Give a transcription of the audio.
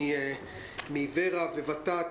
מור"ה וות"ת,